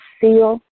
seal